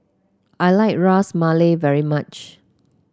I like Ras Malai very much